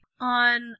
on